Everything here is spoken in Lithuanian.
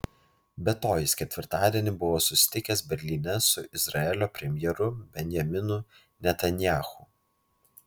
be to jis ketvirtadienį buvo susitikęs berlyne su izraelio premjeru benjaminu netanyahu